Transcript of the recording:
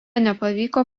nepavyko